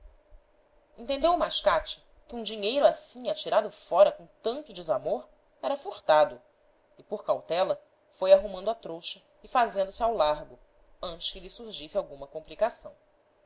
o mascate que um dinheiro assim atirado fora com tanto desamor era furtado e por cautela foi arrumando a trouxa e fazendo-se ao largo antes que lhe surgisse alguma compli cação